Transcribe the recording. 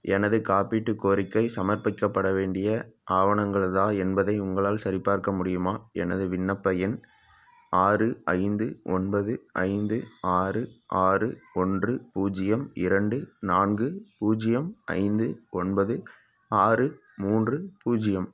எனது காப்பீட்டுக் கோரிக்கை சமர்ப்பிக்கப்பட வேண்டிய ஆவணங்கள்தா என்பதை உங்களால் சரிப்பார்க்க முடியுமா எனது விண்ணப்ப எண் ஆறு ஐந்து ஒன்பது ஐந்து ஆறு ஆறு ஒன்று பூஜ்ஜியம் இரண்டு நான்கு பூஜ்ஜியம் ஐந்து ஒன்பது ஆறு மூன்று பூஜ்ஜியம்